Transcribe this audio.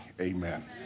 Amen